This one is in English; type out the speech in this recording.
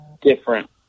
different